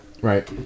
right